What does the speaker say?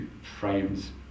frames